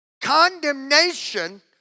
Condemnation